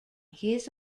his